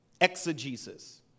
exegesis